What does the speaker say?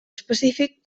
específic